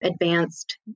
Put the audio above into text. advanced